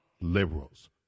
liberals